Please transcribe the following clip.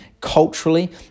culturally